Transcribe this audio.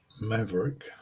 maverick